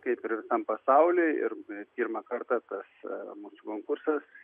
kaip ir visam pasauliui ir pirmą kartą tas musų konkursas